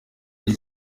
ajya